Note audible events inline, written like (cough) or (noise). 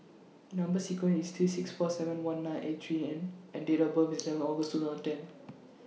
Number sequence IS T six four seven one nine eight three N and Date of birth IS eleven August twenty ten (noise)